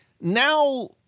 Now